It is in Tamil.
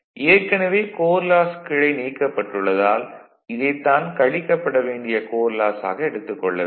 ஏற்கனவே கோர் லாஸ் கிளை நீக்கப்பட்டுள்ளதால் இதைத் தான் கழிக்கப்பட வேண்டிய கோர் லாஸ் ஆகக் எடுத்துக் கொள்ள வேண்டும்